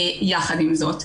יחד עם זאת,